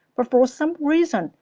but for some reasons,